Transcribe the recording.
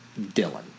dylan